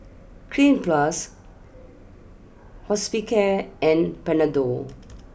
Cleanz Plus Hospicare and Panadol